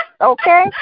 okay